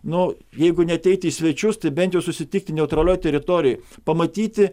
nu jeigu neateiti į svečius tai bent jau susitikti neutralioj teritorijoj pamatyti